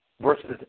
versus